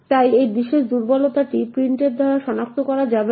তাই এই বিশেষ দুর্বলতাটি printf দ্বারাও সনাক্ত করা যাবে না